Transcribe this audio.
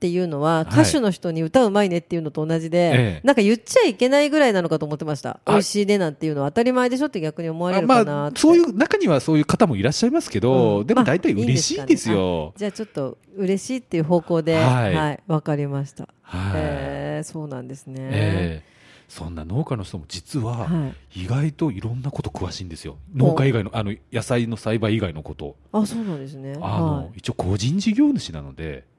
っていうのは、はい。歌手の人に歌うまいねっていうのと同じで、ええ。なんか言っちゃいけないぐらいなのかと思ってました。あ、美味しいねなんていうのは当たり前でしょって逆に思われるあ、まあ、かなーって。そういう中にはそういう方もいらっしゃいますけど、うん。でも大体まあ、いいんですかね。嬉しいですよ。あ、じゃあちょっと嬉しいっていう方向で、はい。はい、わかりました。はい。へー、そうなんですね。ええ。そんな農家の人も実は、はい。意外といろんなこと詳しいんですよ。農家以外の、お。あの、野菜の栽培以外のこと。あ、そうなんですね。あの、はい。一応個人事業主なので、